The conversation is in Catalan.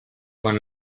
quan